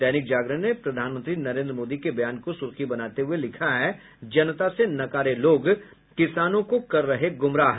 दैनिक जागरण ने प्रधानमंत्री नरेन्द्र मोदी के बयान को सुर्खी बनाते हुये लिखा है जनता से नकारे लोग किसानों को कर रहे गुमराह